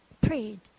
prayed